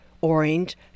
Orange